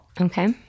Okay